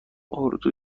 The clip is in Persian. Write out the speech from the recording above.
اردو